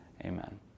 Amen